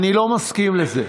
אני לא מסכים לזה.